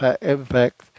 impact